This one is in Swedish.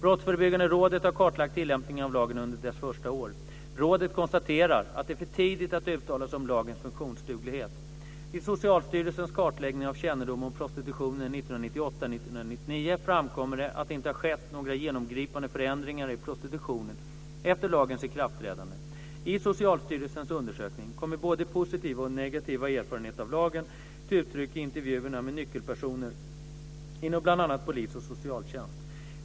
Brottsförebyggande rådet har kartlagt tillämpningen av lagen under dess första år. Rådet konstaterar att det är för tidigt att uttala sig om lagens funktionsduglighet. I Socialstyrelsens kartläggning av kännedom om prostitutionen 1998-1999 framkommer att det inte har skett några genomgripande förändringar i prostitutionen efter lagens ikraftträdande. I Socialstyrelsens undersökning kommer både positiva och negativa erfarenheter av lagen till uttryck i intervjuerna med nyckelpersoner inom bl.a. polis och socialtjänst.